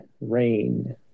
rain